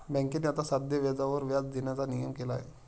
बँकेने आता साध्या व्याजावर व्याज देण्याचा नियम केला आहे